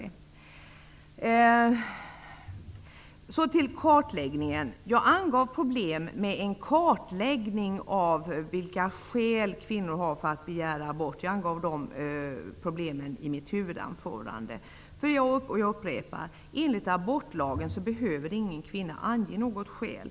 I mitt huvudanförande angav jag problemen med en kartläggning av vilka skäl kvinnor har för att begära abort. Jag upprepar: enligt abortlagen behöver ingen kvinna ange något skäl.